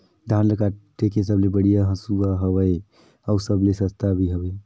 धान ल काटे के सबले बढ़िया हंसुवा हवये? अउ सबले सस्ता भी हवे?